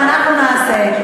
ואנחנו נעשה.